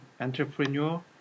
entrepreneur